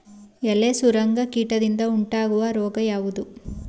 ಎಲೆ ಸುರಂಗ ಕೀಟದಿಂದ ಉಂಟಾಗುವ ರೋಗ ಯಾವುದು?